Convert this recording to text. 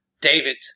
David